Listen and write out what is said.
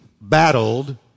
battled